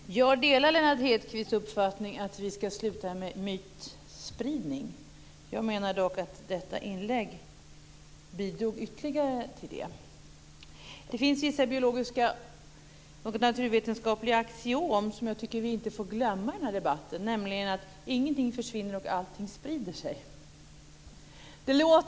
Herr talman! Jag delar Lennart Hedquists uppfattning att vi ska sluta med mytspridning. Jag menar dock att hans inlägg bidrog ytterligare till en sådan. Det finns vissa biologiska och naturvetenskapliga axiom som jag inte tycker att vi får glömma i den här debatten, nämligen att ingenting försvinner och att allting sprider sig.